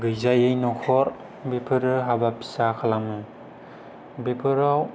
गैजायै न'खर बेफोरो हाबा फिसा खालामो बेफोराव